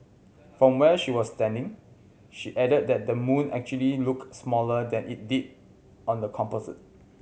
from where she was standing she added that the moon actually looked smaller than it did on the composite